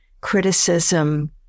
criticism